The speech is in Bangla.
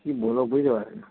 কি বলবো বুঝতে পারে না